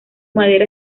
madera